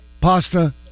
pasta